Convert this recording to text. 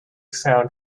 found